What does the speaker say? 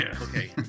Okay